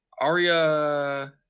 Aria